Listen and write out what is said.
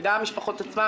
וגם המשפחות עצמן,